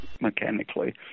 mechanically